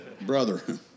brother